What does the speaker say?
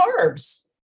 carbs